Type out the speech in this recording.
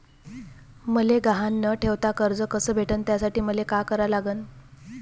मले गहान न ठेवता कर्ज कस भेटन त्यासाठी मले का करा लागन?